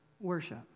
worship